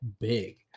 big